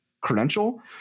credential